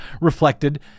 reflected